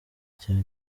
cya